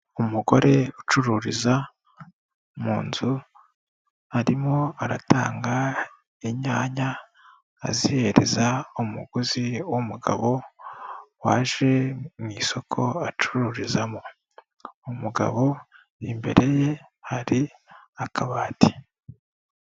Umugore ucururiza mu nzu arimo aratanga inyanya azihereza umuguzi w'umugabo waje mu isoko acururizamo, umugabo imbere ye hari akabati.